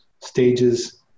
stages